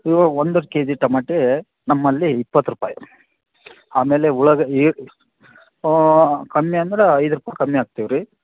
ಇವಾಗ ಒಂದು K G ಟಮಾಟೆ ನಮ್ಮಲ್ಲಿ ಇಪ್ಪತ್ತು ರೂಪಾಯಿ ಆಮೇಲೆ ಉಳ ಏಯ್ ಕಮ್ಮಿ ಅಂದ್ರೆ ಐದು ರೂಪಾಯಿ ಕಮ್ಮಿ ಹಾಕ್ತೀವ್ರೀ